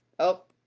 oh,